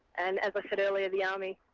and as i said earlier, the army.